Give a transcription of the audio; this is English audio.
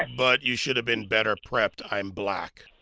but you should have been better prepped. i'm black.